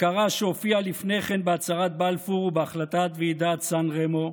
הכרה שהופיעה לפני כן בהצהרת בלפור ובהחלטת ועידת סן רמו,